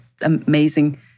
amazing